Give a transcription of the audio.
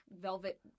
velvet